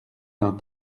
d’un